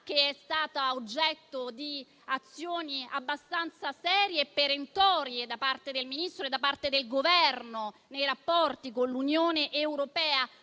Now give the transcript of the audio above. che è stata oggetto di azioni abbastanza serie e perentorie da parte del Ministro e del Governo nei rapporti con l'Unione europea,